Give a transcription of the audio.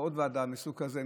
ועוד ועדה מסוג כזה,